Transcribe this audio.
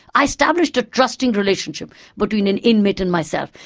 i established a trusting relationship between an inmate and myself,